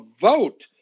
vote